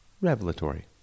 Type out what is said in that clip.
revelatory